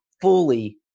fully